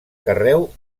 carreu